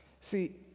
See